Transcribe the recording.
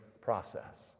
process